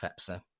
Fepsa